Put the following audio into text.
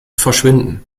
verschwinden